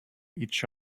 each